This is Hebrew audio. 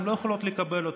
הן לא יכולות לקבל אותו,